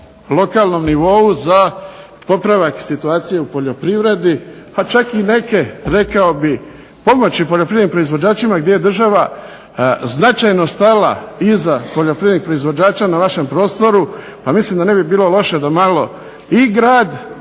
lokalnom nivou za popravak situacije u poljoprivredi, pa čak i neke rekao bih pomoći poljoprivrednim proizvođačima gdje je država značajno stala iza poljoprivrednih proizvođača na našem prostoru. A mislim da ne bi bilo loše da malo i grad